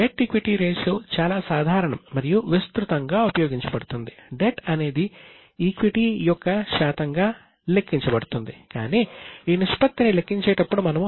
debt equity ratio తో భాగిస్తాము